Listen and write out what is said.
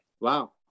Wow